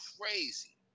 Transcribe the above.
crazy